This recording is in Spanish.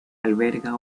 alberga